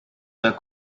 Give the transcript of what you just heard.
were